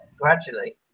gradually